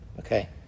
Okay